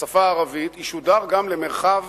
בשפה הערבית, ישודר גם למרחב